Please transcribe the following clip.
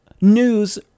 news